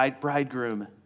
bridegroom